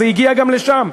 זה הגיע גם לשם.